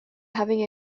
having